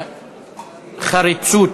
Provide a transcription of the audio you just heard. חריצות.